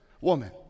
woman